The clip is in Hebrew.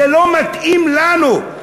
זה לא מתאים לנו.